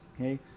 Okay